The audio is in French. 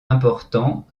importants